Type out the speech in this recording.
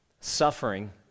Suffering